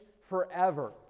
forever